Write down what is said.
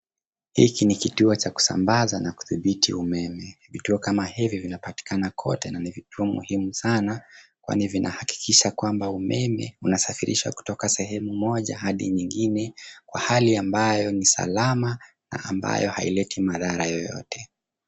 Hiki ni kituo cha kusambaza na kudhibiti umeme. Vituo kama hivi vinapatikana kote na ni vituo muhimu sana, kwani vinahakikisha kwamba umeme unasafirishwa kutoka sehemu moja hadi nyingine kwa hali ambayo ni salama na ambayo haileti madhara yoyote.